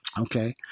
Okay